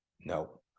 no